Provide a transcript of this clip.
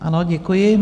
Ano, děkuji.